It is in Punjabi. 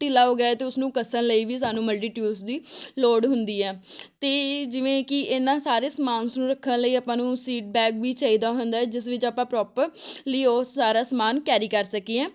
ਢਿੱਲਾ ਹੋ ਗਿਆ ਅਤੇ ਉਸਨੂੰ ਕੱਸਣ ਲਈ ਵੀ ਸਾਨੂੰ ਮਲਟੀ ਟਿਊਲਸ ਦੀ ਲੋੜ ਹੁੰਦੀ ਹੈ ਅਤੇ ਜਿਵੇਂ ਕਿ ਇਹਨਾਂ ਸਾਰੇ ਸਮਾਨਸ ਨੂੰ ਰੱਖਣ ਲਈ ਆਪਾਂ ਨੂੰ ਸੀਟ ਬੈਗ ਵੀ ਚਾਹੀਦਾ ਹੁੰਦਾ ਜਿਸ ਵਿੱਚ ਆਪਾਂ ਪ੍ਰੋਪਰ ਲੀ ਉਹ ਸਾਰਾ ਸਮਾਨ ਕੈਰੀ ਕਰ ਸਕੀਏ